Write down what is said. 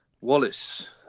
Wallace